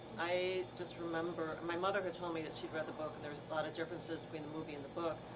i just remember my mother had told me that she'd read the book and there was a lot of differences between the movie and the book.